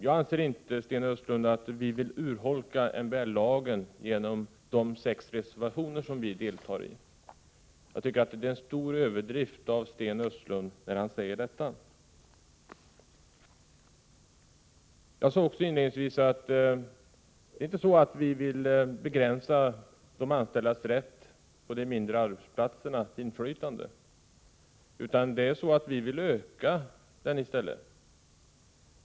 Jag anser inte, Sten Östlund, att vi urholkar MBL genom de sex reservationer som vi har skrivit under; det är en stor överdrift att påstå det. Jag sade också inledningsvis att vi inte vill begränsa de anställdas inflytande på de mindre arbetsplatserna, utan vi vill öka det i stället.